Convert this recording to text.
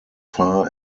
far